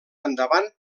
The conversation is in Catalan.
endavant